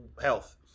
health